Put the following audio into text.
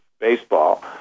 baseball